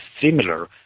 similar